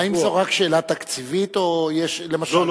האם זו רק שאלה תקציבית או יש למשל,